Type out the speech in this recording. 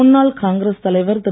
முன்னாள் காங்கிரஸ் தலைவர் திரு